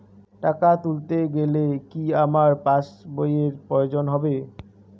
টাকা তুলতে গেলে কি আমার পাশ বইয়ের প্রয়োজন হবে?